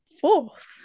fourth